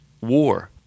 war